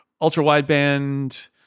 ultra-wideband